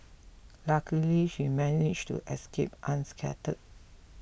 luckily she managed to escape unscathed